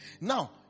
Now